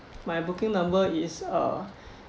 my booking number is uh